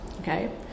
okay